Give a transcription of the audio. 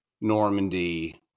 normandy